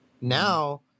Now